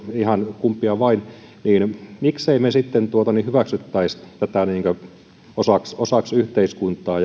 ihan kumpia vain miksemme me sitten hyväksyisi tätä osaksi yhteiskuntaa